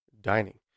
dining